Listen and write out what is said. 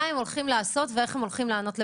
הם הולכים לעשות ואיך הם הולכים לענות לבג"ץ,